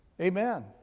Amen